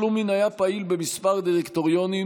פלומין היה פעיל בכמה דירקטוריונים,